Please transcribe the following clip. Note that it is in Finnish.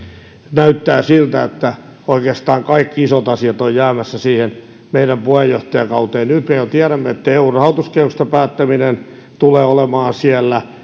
näyttää siltä että oikeastaan kaikki isot asiat ovat jäämässä siihen meidän puheenjohtajakauteemme jo nyt me tiedämme että eun rahoituskehyksestä päättäminen tulee olemaan siellä